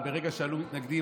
אבל ברגע שעלו מתנגדים,